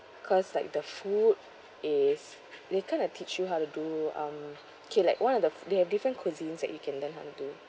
cause like the food is they kind of teach you how to do um okay like one of the they have different cuisines that you can learn how to